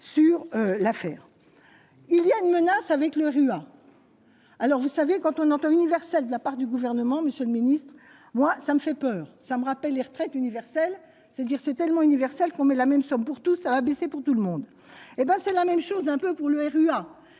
il y a une menace avec le alors vous savez quand on entend universel de la part du gouvernement, Monsieur le Ministre, moi ça me fait peur, ça me rappelle les retraites universel c'est c'est tellement universelle qu'on met la même somme pour tout ça a baissé pour tout le monde hé ben c'est la même chose un peu pour le RU